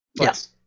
Yes